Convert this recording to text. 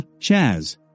Chaz